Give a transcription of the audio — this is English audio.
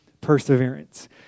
perseverance